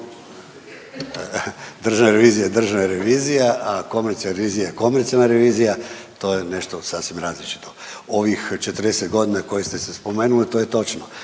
državna revizija, a komercijalna revizija je komercijalna revizija je komercijalna revizija. To je nešto sasvim različito. Ovih 40 godina kojih ste se spomenuli to je točno.